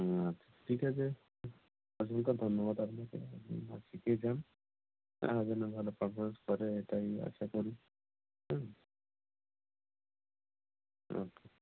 না ঠিক আছে অসংখ্য ধন্যবাদ আপনাকে আপনি নাচ শিখিয়েছেন আরও যেন ভালো পারফরমেন্স করে এটাই আশা করি হুম ও কে